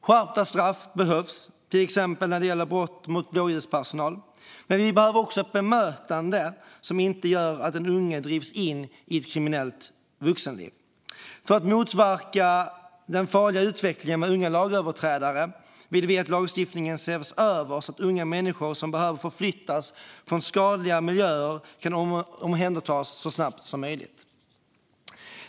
Skärpta straff behövs, till exempel när det gäller brott mot blåljuspersonal, men vi behöver också ett bemötande som inte gör att den unge drivs in i ett kriminellt vuxenliv. För att motverka den farliga utvecklingen med unga lagöverträdare vill vi att lagstiftningen ses över så att unga människor som behöver förflyttas från skadliga miljöer kan omhändertas så snabbt som möjligt.